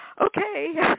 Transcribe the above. okay